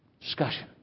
Discussion